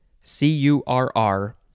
C-U-R-R